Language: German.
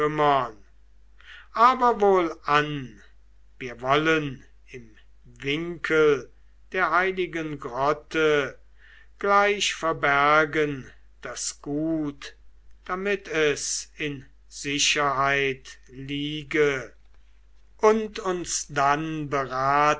aber wohlan wir wollen im winkel der heiligen grotte gleich verbergen das gut damit es in sicherheit liege und uns dann beraten